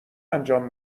انجام